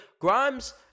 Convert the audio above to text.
Grimes